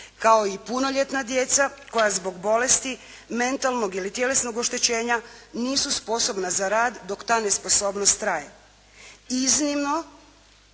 kao i punoljetna djeca koja zbog bolesti, mentalnog ili tjelesnog oštećenja nisu sposobna za rad dok ta nesposobnost traje.